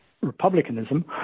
republicanism